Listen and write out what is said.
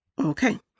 Okay